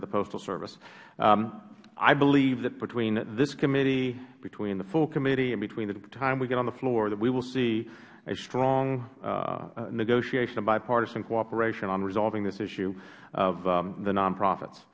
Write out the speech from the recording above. of the postal service i believe that between this committee between the full committee and between the time we get on the floor that we will see a strong negotiation of bipartisan cooperation on resolving this issue of the nonprofits